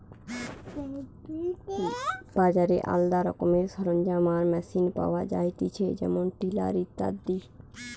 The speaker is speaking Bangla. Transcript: বাজারে আলদা রকমের সরঞ্জাম আর মেশিন পাওয়া যায়তিছে যেমন টিলার ইত্যাদি